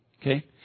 Okay